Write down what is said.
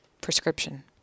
prescription